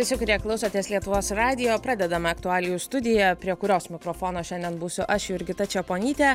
visi kurie klausotės lietuvos radijo pradedame aktualijų studiją prie kurios mikrofono šiandien būsiu aš jurgita čeponytė